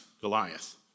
Goliath